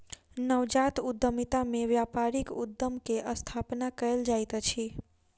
नवजात उद्यमिता में व्यापारिक उद्यम के स्थापना कयल जाइत अछि